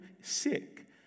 sick